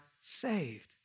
saved